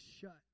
shut